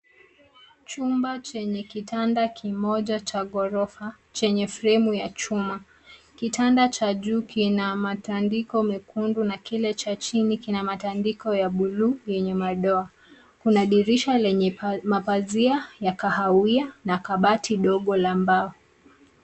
Chumba chenye kitanda kimoja cha ghorofa chenye fremu ya chuma. Kitanda cha juu kina matandiko mekundu na kile cha chini kina matandiko ya buluu yenye madoa. Kuna dirisha lenye mapazia ya kahawia na kabati dogo la mbao.